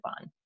on